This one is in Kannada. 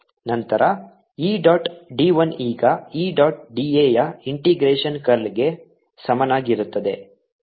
ನಂತರ e ಡಾಟ್ d l ಈಗ e ಡಾಟ್ d a ಯ ಇಂಟಿಗ್ರೇಷನ್ ಕರ್ಲ್ಗೆ ಸಮನಾಗಿರುತ್ತದೆ